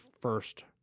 first